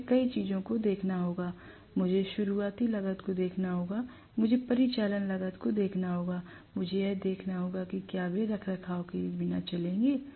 मुझे कई चीजों को देखना होगा मुझे शुरुआती लागत को देखना होगा मुझे परिचालन लागत को देखना होगा मुझे यह देखना होगा कि क्या वे रखरखाव के बिना चलेंगे